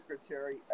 Secretary